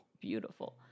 beautiful